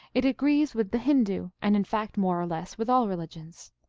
it agrees with the hindoo, and in fact more or less with all religions.